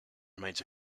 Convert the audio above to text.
remains